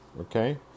Okay